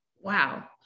Wow